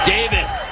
Davis